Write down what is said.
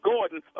Gordon